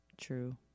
true